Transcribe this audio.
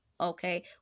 Okay